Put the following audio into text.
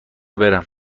برم